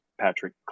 Patrick